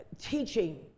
teaching